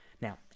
Now